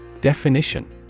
Definition